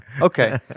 Okay